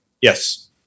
Yes